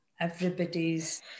Everybody's